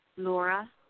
Laura